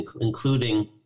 including